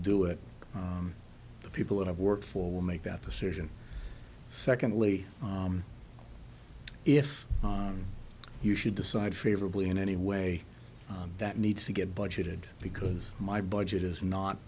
do it the people that have worked for will make that decision secondly if you should decide favorably in any way that needs to get budgeted because my budget is not